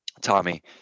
Tommy